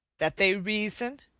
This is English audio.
that they reason,